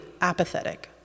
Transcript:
apathetic